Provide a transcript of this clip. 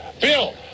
Bill